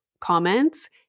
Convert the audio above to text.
comments